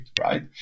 right